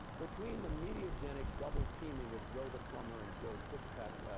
between the mediagenic double-teaming of joe the plumber and joe sixpack,